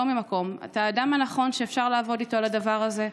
אתה האדם הנכון שאפשר לעבוד איתו על הדבר הזה,